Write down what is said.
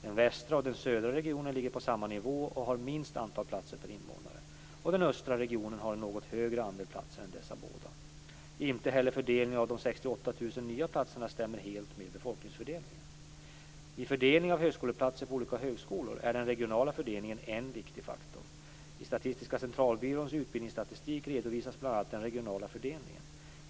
Den västra och den södra regionen ligger på samma nivå och har minst antal platser per invånare, och den östra regionen har en något större andel platser än dessa båda. Inte heller fördelningen av de Vid fördelningen av högskoleplatser på olika högskolor är den regionala fördelningen en viktig faktor. I Statistiska centralbyråns utbildningsstatistik redovisas bl.a. den regionala fördelningen.